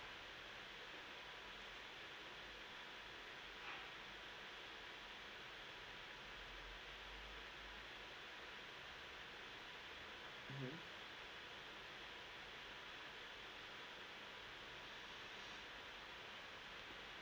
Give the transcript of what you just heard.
mmhmm